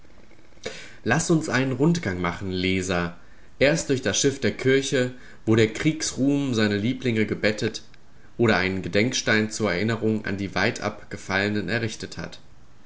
laß uns einen rundgang machen leser erst durch das schiff der kirche wo der kriegsruhm seine lieblinge gebettet oder einen gedenkstein zur erinnerung an die weitab gefallenen errichtet hat